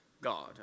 God